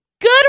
Good